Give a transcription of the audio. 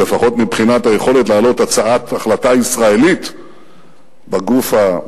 לפחות מבחינת היכולת להעלות הצעת החלטה ישראלית בגוף הזה,